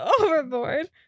overboard